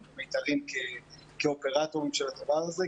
"מיתרים" כאופרטורים של הדבר הזה.